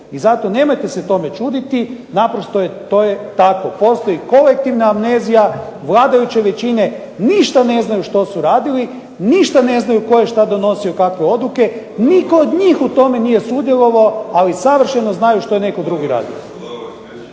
i zato nemojte se tome čuditi naprosto to je tako, postoji kolektivna amnezija, vladajuće većine, ništa ne znaju što su radili, ništa ne znaju tko je donosio kakve odluke, nitko od njih u tome nije sudjelovao ali savršeno znaju što je netko drugi radio.